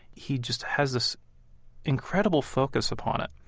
he just has this incredible focus upon it,